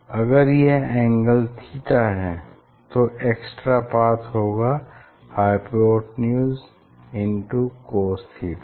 अगर यह angle theta है तो एक्स्ट्रा पाथ होगा हाईपॉटन्यूज़ इनटू cosथीटा